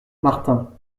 martin